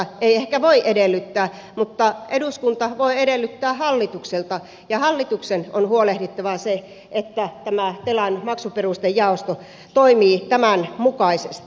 ei ehkä voi edellyttää mutta eduskunta voi edellyttää hallitukselta ja hallituksen on huolehdittava siitä että tämä telan maksuperustejaosto toimii tämän mukaisesti